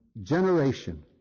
generation